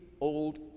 old